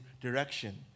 direction